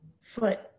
foot